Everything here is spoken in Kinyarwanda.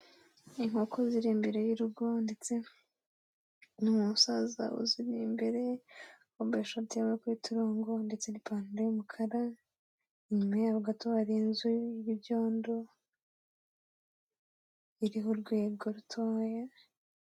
Inkoko ziri imbere y'urugo ndetse n'uyu musaza uziri imbere, wambaye ishati y'uturongo ndetse n'ipantaro y'umukara, inyuma yabo gato hari inzu y'ibyondo iriho urwego rutoya.